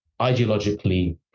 ideologically